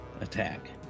attack